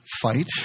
fight